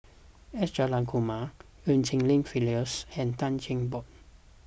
S Jayakumar Eu Cheng Li Phyllis and Tan Cheng Bock